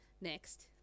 next